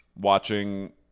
watching